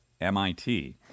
MIT